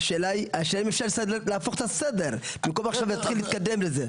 השאלה היא האם אפשר להפוך את הסדר במקום עכשיו להתחיל להתקדם לזה?